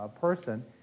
person